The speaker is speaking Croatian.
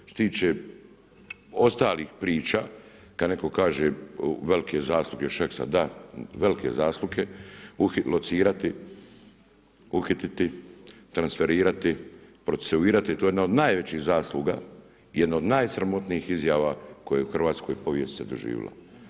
Što se tiče ostalih priča, kada netko kaže velike zasluge Šeksa, da, velike zasluge, locirati, uhititi, transferirati, procesuirati, to je jedna od najvećih zasluga, jedna od najsramotnijih izjava koja se je u hrvatskoj povijesti doživjela.